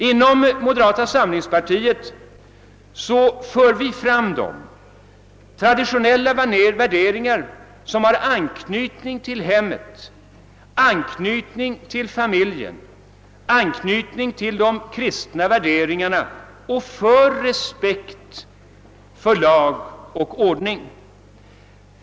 Inom moderata samlingspar tiet är vi inte rädda för att föra fram traditionella värderingar som har anknytning till hemmet, anknytning till familjen, anknytning till de kristna värderingarna och till respekt för lag och ordning.